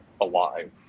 alive